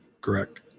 Correct